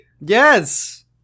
Yes